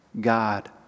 God